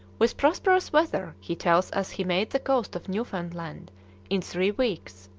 with prosperous weather he tells us he made the coast of newfoundland in three weeks,